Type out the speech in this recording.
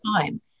time